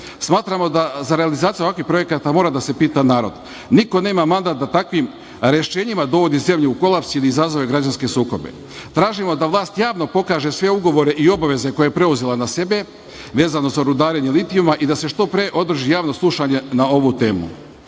Smatramo da za realizaciju ovakvih projekata mora da se pita narod. Niko nema mandat da takvim rešenjima dovodi zemlju u kolaps i izazove građanske sukobe. Tražimo da vlast javno pokaže sve ugovore i obaveze koje je preuzela na sebe vezano za rudarenje litijuma i da se što pre održi javno slušanje na ovu temu. Na